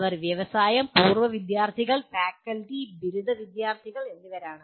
അവർ വ്യവസായം പൂർവ്വ വിദ്യാർത്ഥികൾ ഫാക്കൽറ്റി ബിരുദ വിദ്യാർത്ഥികൾ എന്നിവരാണ്